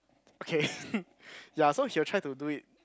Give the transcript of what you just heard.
okay ya so he will try to do it